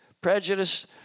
prejudice